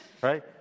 right